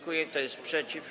Kto jest przeciw?